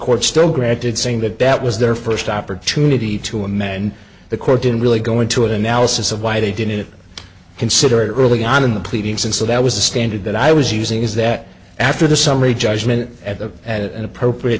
court still granted saying that that was their first opportunity to amend the court didn't really go into an analysis of why they did it considered early on in the pleadings and so that was a standard that i was using is that after the summary judgment at the at an appropriate